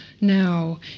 now